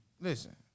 Listen